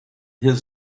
his